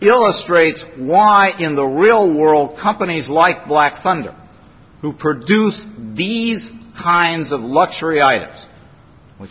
illustrates why in the real world companies like black thunder who produce these kinds of luxury items which